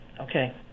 okay